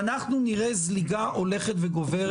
ומה שמכריע את הדמוגרפיה ואת היכולת של יישוב שמזדקן,